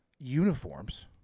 uniforms